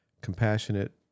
compassionate